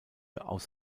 aus